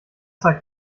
sagt